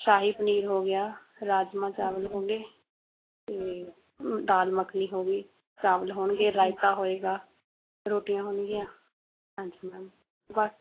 ਸ਼ਾਹੀ ਪਨੀਰ ਹੋ ਗਿਆ ਰਾਜਮਾਂਹ ਚਾਵਲ ਹੋ ਗਏ ਅਤੇ ਦਾਲ ਮੱਖਣੀ ਹੋ ਗਈ ਚਾਵਲ ਹੋਣਗੇ ਰਾਇਤਾ ਹੋਏਗਾ ਰੋਟੀਆਂ ਹੋਣਗੀਆਂ ਹਾਂਜੀ ਮੈਮ ਬਸ